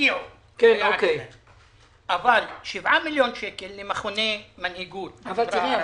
הגיעו אבל 7 מיליון שקל למכוני מנהיגות לא הגיעו.